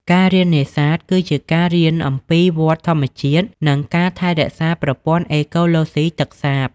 ការរៀននេសាទ គឺជាការរៀនអំពីវដ្តធម្មជាតិ និងការថែរក្សាប្រព័ន្ធអេកូឡូស៊ីទឹកសាប។